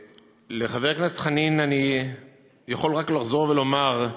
לחבר הכנסת חנין אני יכול רק לחזור ולומר,